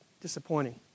disappointing